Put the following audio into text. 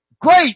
great